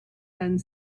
done